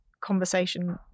conversation